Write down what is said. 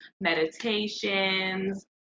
meditations